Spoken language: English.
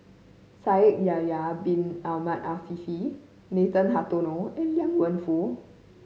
Shaikh Yahya Bin Ahmed Afifi Nathan Hartono and Liang Wenfu